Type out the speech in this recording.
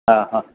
हा हा